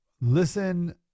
Listen